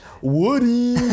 Woody